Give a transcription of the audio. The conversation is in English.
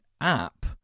app